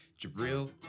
jabril